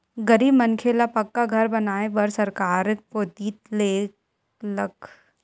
गरीब मनखे ल पक्का घर बनवाए बर सरकार कोती लक जेन सहयोग रासि मिलथे यहूँ ह बेंक के खाता म आथे